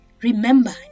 Remember